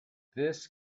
this